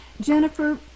Jennifer